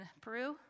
Peru